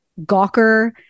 Gawker